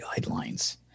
Guidelines